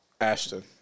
Ashton